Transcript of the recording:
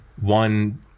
one